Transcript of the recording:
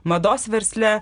mados versle